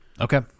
Okay